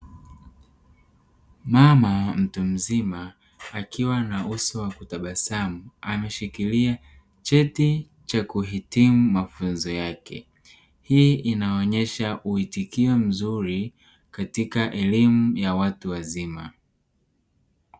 Mama mtu mzima akiwa na uso wa kutabasamu ameshikilia cheti cha kuhitimu mafunzo yake hii inaonyesha uitikio mzuri katika elimu ya watu wazima.